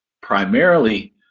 primarily